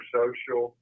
social